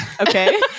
okay